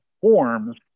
forms